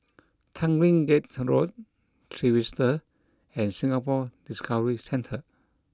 Tanglin Gate Road Trevista and Singapore Discovery Centre